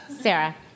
Sarah